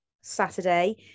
Saturday